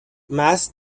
مست